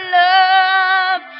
love